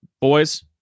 boys